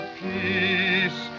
peace